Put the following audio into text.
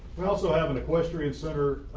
we also have an equestrian center,